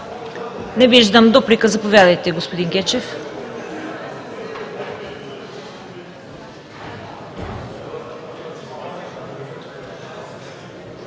Не виждам. Дуплика – заповядайте, господин Гечев.